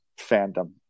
fandom